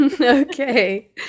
okay